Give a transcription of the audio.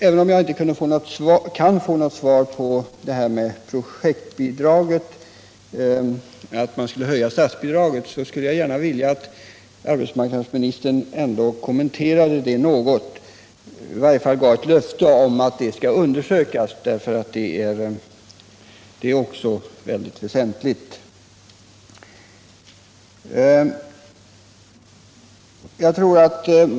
Även om jag inte kan få något svar på om man skall höja projektbidraget skulle jag gärna vilja att arbetsmarknadsministern kommenterade det något, i varje fall att han gav ett löfte om att detta skall undersökas. Det är också mycket väsentligt.